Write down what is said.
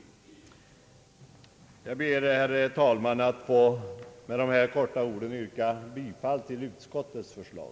Jag ber, herr talman, att med dessa få ord få yrka bifall till utskottets förslag.